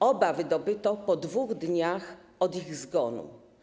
Oba wydobyto po 2 dniach od ich zgonu.